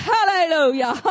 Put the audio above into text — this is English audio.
Hallelujah